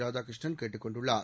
ராதாகிருஷ்ணன் கேட்டுக் கொண்டுள்ளார்